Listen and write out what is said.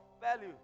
value